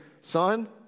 son